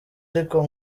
ariko